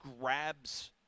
grabs